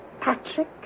Patrick